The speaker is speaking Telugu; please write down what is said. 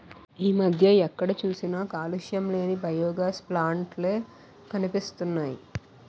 ఈ మధ్య ఎక్కడ చూసినా కాలుష్యం లేని బయోగాస్ ప్లాంట్ లే కనిపిస్తున్నాయ్